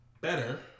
better